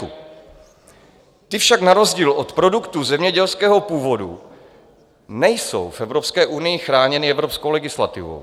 Ty však na rozdíl od produktů zemědělského původu nejsou v Evropské unii chráněny evropskou legislativou.